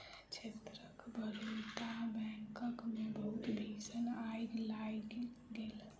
क्षेत्रक बड़ौदा बैंकक मे बहुत भीषण आइग लागि गेल